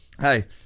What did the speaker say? hey